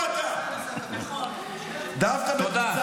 הוא פוגע בחיילים שלנו ----- חוץ ממקרים